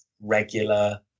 regular